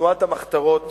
מתנועת המחתרות